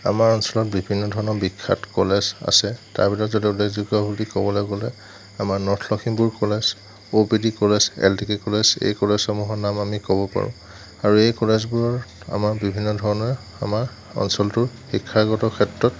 আমাৰ অঞ্চলত বিভিন্ন ধৰণৰ বিখ্য়াত কলেজ আছে তাৰ ভিতৰত যদি উল্লেখযোগ্য় বুলি ক'বলৈ গ'লে আমাৰ north Lakhimpur college O P D college L D K college এই কলেজসমূহৰ নাম আমি ক'ব পাৰোঁ আৰু এই কলেজবোৰৰ আমাৰ বিভিন্ন ধৰণেৰে আমাৰ অঞ্চলটোৰ শিক্ষাগত ক্ষেত্ৰত